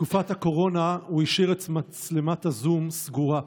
בתקופת הקורונה הוא השאיר את מצלמת הזום סגורה.